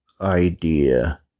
idea